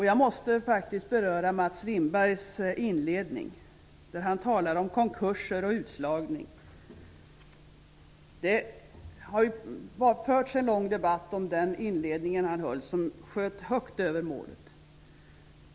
Jag måste faktiskt beröra Mats Lindbergs inledning, där han talade om konkurser och utslagning. Det har förts en lång debatt om den inledningen, som sköt högt över målet.